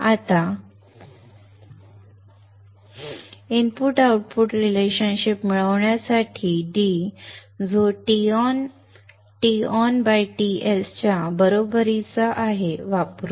आता input output संबंध मिळविण्यासाठी d जो TonTs च्या बरोबरीचा आहे वापरू